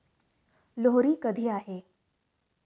लोहरी कधी आहे?